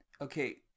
okay